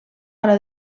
hora